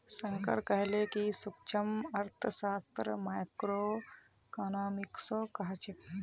शंकर कहले कि सूक्ष्मअर्थशास्त्रक माइक्रोइकॉनॉमिक्सो कह छेक